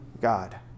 God